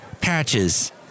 Patches